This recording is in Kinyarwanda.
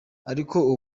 ariko